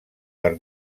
per